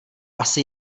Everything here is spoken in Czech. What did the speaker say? asi